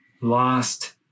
lost